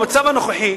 במצב הנוכחי,